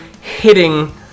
hitting